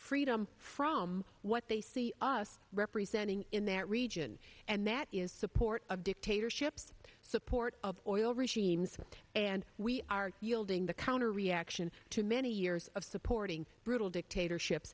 freedom from what they see us representing in that region and that is support of dictatorships support of oil regimes and we are yielding the counter reaction to many years of supporting brutal dictatorships